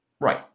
Right